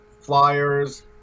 Flyers